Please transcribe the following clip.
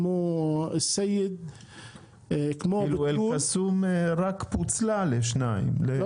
כמו א-סייד -- אבל אל-קסום רק פוצלה לשתיים לפני שנתיים.